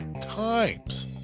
times